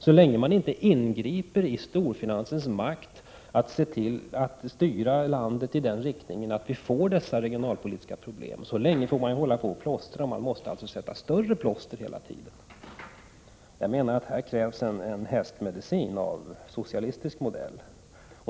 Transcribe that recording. Så länge man inte ingriper mot storfinansens makt att styra landet i den riktning att dessa regionalpolitiska problem uppstår får man plåstra— och det behövs hela tiden större plåster. Här krävs en hästmedicin av socialistisk modell.